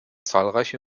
zahlreiche